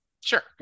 sure